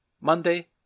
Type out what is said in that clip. Monday